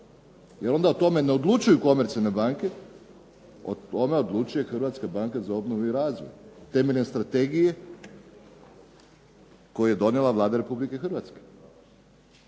Jer onda o tome ne odlučuju komercijalne banke, o tome odlučuje Hrvatska banka za obnovu i razvoj temeljem strategije koju je donijela Vlada Republike Hrvatske.